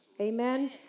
Amen